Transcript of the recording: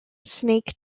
snake